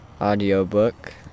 audiobook